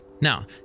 Now